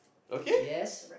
yes